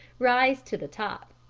rise to the top.